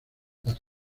las